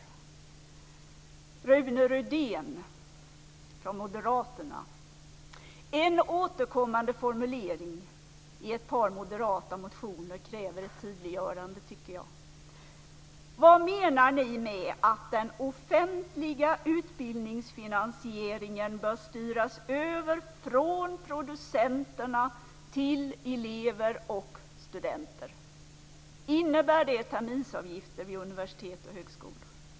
Jag har några frågor till Rune Rydén från Moderaterna. Jag tycker att en återkommande formulering i ett par moderata motioner kräver ett tydliggörande. Vad menar ni med formuleringen att den offentliga utbildningsfinansieringen bör styras över från producenterna till elever och studenter? Innebär det terminsavgifter vid universitet och högskolor?